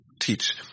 teach